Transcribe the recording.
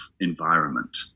environment